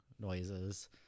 noises